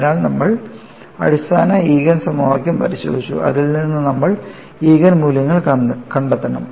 അതിനാൽ നമ്മൾ അടിസ്ഥാന ഈജൻ സമവാക്യം പരിശോധിച്ചു അതിൽ നിന്ന് നമ്മൾ ഈജൻ മൂല്യങ്ങൾ കണ്ടെത്തണം